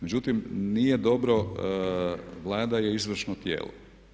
Međutim, nije dobro, Vlada je izvršno tijelo.